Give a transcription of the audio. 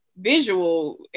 visual